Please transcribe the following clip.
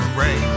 rain